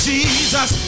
Jesus